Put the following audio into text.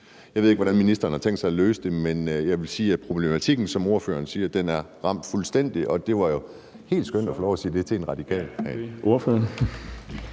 Jeg ved ikke, hvordan ministeren har tænkt sig at løse det, men jeg vil sige, at ordføreren ramte fuldstændig plet i forhold til problematikken, og det var jo helt skønt at få lov at sige det til en radikal.